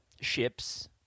ships